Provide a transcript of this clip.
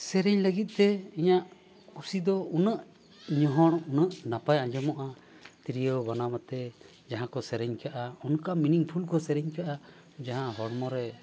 ᱥᱮᱨᱮᱧ ᱞᱟᱹᱜᱤᱫ ᱛᱮ ᱤᱧᱟᱹᱜ ᱠᱩᱥᱤ ᱫᱚ ᱩᱱᱟᱹᱜ ᱧᱚᱦᱚᱲ ᱩᱱᱟᱹᱜ ᱱᱟᱯᱟᱭ ᱟᱸᱡᱚᱢᱚᱜᱼᱟ ᱛᱤᱨᱭᱚ ᱵᱟᱱᱟᱢ ᱟᱛᱮᱫ ᱡᱟᱦᱟᱸ ᱠᱚ ᱥᱮᱨᱮᱧ ᱟᱠᱟᱫᱼᱟ ᱚᱱᱠᱟ ᱢᱤᱱᱤᱝ ᱯᱷᱩᱞ ᱠᱚ ᱥᱮᱨᱮᱧ ᱟᱠᱟᱫᱼᱟ ᱡᱟᱦᱟᱸ ᱦᱚᱲᱢᱚ ᱨᱮ